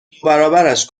دوبرابرش